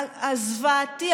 הזוועתי,